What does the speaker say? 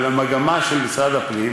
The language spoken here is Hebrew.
אבל המגמה של משרד הפנים